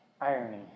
irony